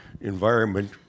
environment